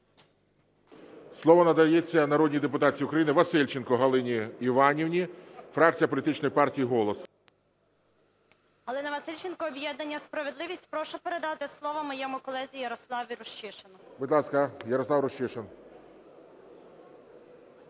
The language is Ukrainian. Слово надається народній депутатці України Васильченко Галині Іванівні, фракція політичної партії "Голос". 10:32:20 ВАСИЛЬЧЕНКО Г.І. Галина Васильченко, об'єднання "Справедливість". Прошу передати слово моєму колезі Ярославу Рущишину. ГОЛОВУЮЧИЙ. Будь ласка, Ярослав Рущишин.